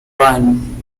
rhine